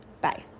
Bye